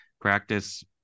practice